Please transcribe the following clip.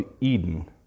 eden